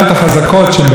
מדינה חזקה,